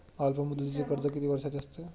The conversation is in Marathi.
अल्पमुदतीचे कर्ज किती वर्षांचे असते?